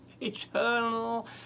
eternal